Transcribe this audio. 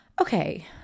Okay